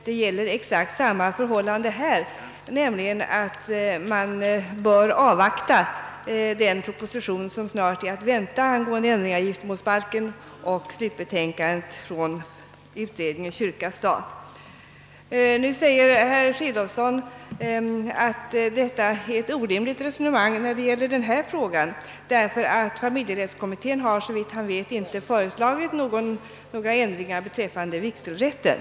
Det gäller ju exakt samma förhållande i detta fall, nämligen att man bör avvakta den proposition som snart är att vänta angående ändring av giftermålsbalken och slutbetänkandet från utredningen kyrka—stat. Herr Fridolfsson i Stockholm säger nu att detta är ett orimligt resonemang när det gäller denna fråga, därför att familjerättskommittén såvitt han vet inte har föreslagit några ändringar av vigselrätten.